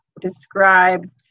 described